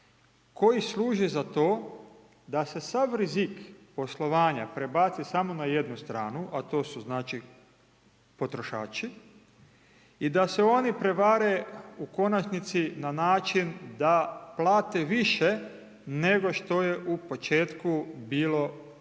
koji služe za to da se sav rizik poslovanja prebaci samo na jednu stranu, a to su, znači, potrošači i da se oni prevare u konačnici na način da plate više nego što je u početku bilo predstavljeno.